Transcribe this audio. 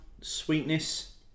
sweetness